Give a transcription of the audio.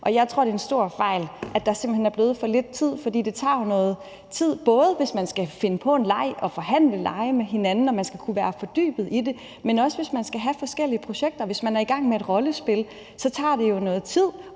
Jeg tror, det er en stor fejl, at der simpelt hen er blevet for lidt tid, for det tager jo noget tid både at skulle finde på en leg, forhandle lege med hinanden og kunne være fordybet i det, men også at kunne have forskellige projekter. Hvis man er i gang med et rollespil, tager det jo noget tid